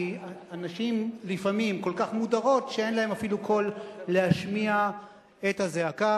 כי הנשים לפעמים כל כך מודרות שאין להן אפילו קול להשמיע את הזעקה.